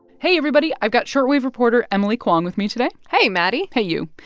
hey, everybody. i've got short wave reporter emily kwong with me today hey, maddie hey, you.